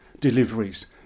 deliveries